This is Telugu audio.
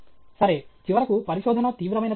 సరే చివరకు పరిశోధన తీవ్రమైన చర్య